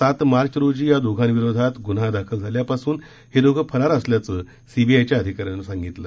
सात मार्च रोजी या दोघांविरोधात ग्न्हा दाखल झाल्यापासून हे दोघे फरार असल्याचं सीबीआयच्या अधिकाऱ्यानं सांगितलं